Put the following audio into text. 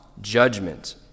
judgment